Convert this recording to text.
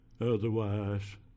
otherwise